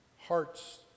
hearts